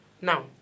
now